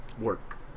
work